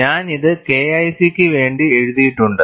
ഞാൻ ഇത് KIC ക്ക് വേണ്ടി എഴുതിയിട്ടുണ്ട്